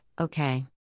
okay